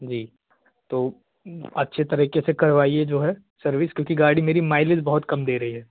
जी तो अच्छी तरीके से करवाइए जो है सर्विस क्योंकि गाड़ी मेरी माइलेज बहुत कम दे रही है